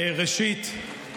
ראשית,